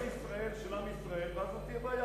כל ארץ-ישראל של עם ישראל, ואז לא תהיה בעיה.